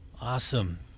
awesome